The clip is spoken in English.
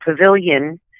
pavilion